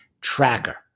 Tracker